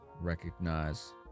recognize